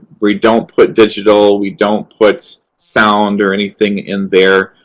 we don't put digital. we don't put sound or anything in there.